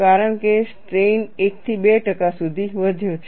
કારણ કે સ્ટ્રેઈન 1 થી 2 ટકા સુધી વધ્યો છે